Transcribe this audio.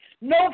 no